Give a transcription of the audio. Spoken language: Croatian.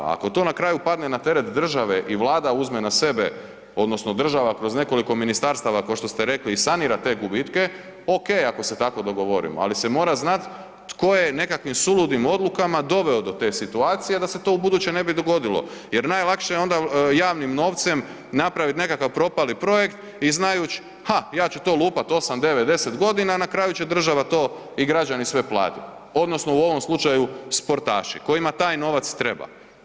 Ako to na kraju padne na teret države i Vlada uzme na sebe odnosno država kroz nekoliko ministarstava ko što ste rekli i sanira te gubitke, ok ako se tako dogovorimo, ali se mora znati tko je nekakvim suludim odlukama doveo do te situacije da se to ubuduće ne bi dogodilo jer najlakše je onda javnim novcem napraviti nekakav propali projekt i znajuć ja ću to lupat 8, 9, 10 godina na kraju će država to i građani sve platiti odnosno u ovom slučaju sportaši kojima taj novac treba.